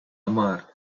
hamar